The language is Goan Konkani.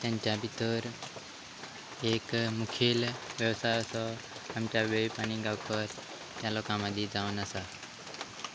तेंच्या भितर एक मुखेल वेवसाय असो आमच्या वेळीप आनी गांवकर त्या लोकां मदीं जावन आसा